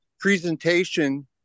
presentation